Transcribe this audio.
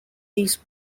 these